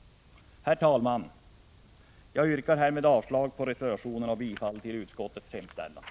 Herr talman! Jag yrkar härmed avslag på reservationerna och bifall till utskottets hemställan.